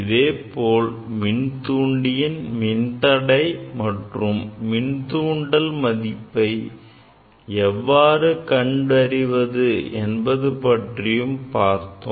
இதேபோல் மின்தூண்டியின் மின்தடை மற்றும் மின்தூண்டல் மதிப்பை எவ்வாறு கண்டறிவது என்பது பற்றியும் பார்த்தோம்